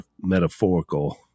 metaphorical